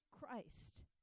Christ